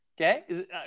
okay